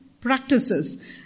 practices